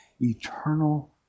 Eternal